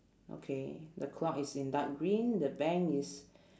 okay the clock is in dark green the bank is